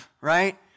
right